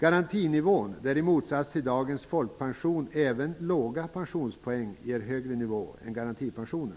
Garantinivån, där i motsats till vad som är fallet i dagens folkpension även låga pensionspoäng ger högre nivå än garantipensionen,